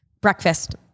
breakfast